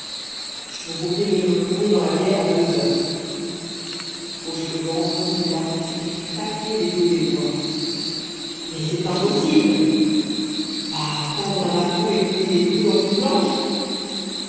vous pourriez venir me clouer dans la bière à deux heures fauchelevent recula et se fît craquer les os des doigts mais c'est impossible bah prendre un marteau et clouer des clous dans une planche